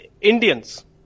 Indians